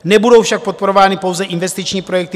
Nebudou však podporovány pouze investiční projekty.